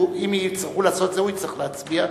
אם יצטרכו לעשות את זה, הוא יצטרך להצביע,